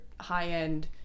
high-end